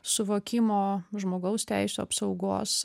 suvokimo žmogaus teisių apsaugos